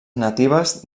natives